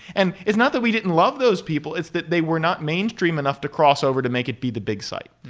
and it's not that we didn't love those people. it's that they were not mainstream enough to cross over to make it be the big side.